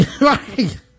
Right